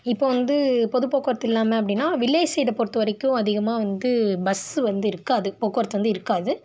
இப்போது வந்து பொது போக்குவரத்து இல்லாமல் அப்படின்னா வில்லேஜ் சைடை பொறுத்த வரைக்கும் அதிகமா வந்து பஸ்ஸு வந்து இருக்காது போக்குவரத்து வந்து இருக்காது